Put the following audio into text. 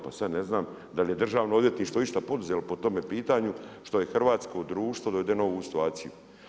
Pa sad ne znam, da li je Državno odvjetništvo išta poduzelo po tome pitanju, što je hrvatsko društvo dovedeno u ovu situaciju.